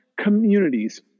communities